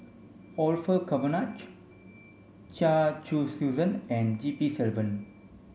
Orfeur Cavenagh Chia Choo and G P Selvam